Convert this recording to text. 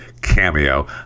Cameo